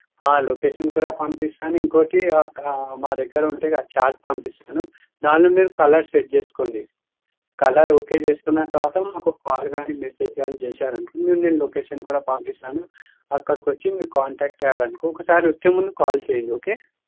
location కూడా పంపిస్తాను ఇంకోటి మా దగ్గర ఉంటాయి కద్ చాట్ పంపిస్తాను దానిలో మీరు కలర్స్ సెట్ చేసుకోండి కలర్ ఓకే చేసుకున్న తర్వాత మాకు కాల్ గాని మెసేజ్ గాని చేశారనుకో నేన్ నేను లొకేషన్ కూడా పంపిస్తాను అక్కడికొచ్చి మీరు కాంటాక్ట్ అయ్యారనుకో ఒకసారి వచ్చేముందు కాల్ చేయండి ఓకే